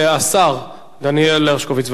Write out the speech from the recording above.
השר דניאל הרשקוביץ,